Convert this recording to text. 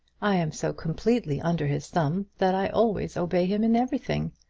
i am so completely under his thumb that i always obey him in everything.